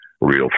real